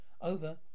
Over